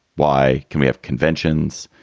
why can we have conventions?